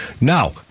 Now